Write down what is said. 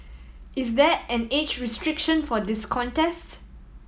is there an age restriction for this contests